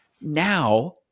Now